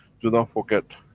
do not forget,